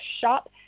shop